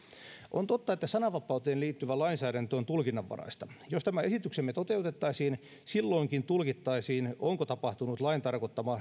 on totta että sananvapauteen liittyvä lainsäädäntö on tulkinnanvaraista jos tämä esityksemme toteutettaisiin silloinkin tulkittaisiin onko tapahtunut lain tarkoittama